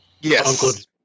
Yes